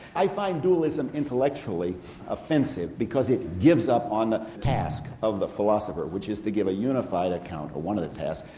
i find dualism intellectually offensive because it gives up on the task of the philosopher, which is to give a unified account, or one of the tasks,